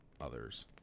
others